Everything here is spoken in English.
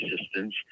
assistance